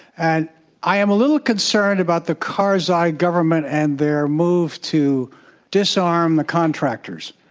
and i am a little concerned about the karzai government and their move to disarm the contractors.